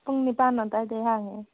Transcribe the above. ꯄꯨꯡ ꯅꯤꯄꯥꯟ ꯑꯗꯨꯋꯥꯏꯗꯩ ꯍꯥꯡꯉꯦ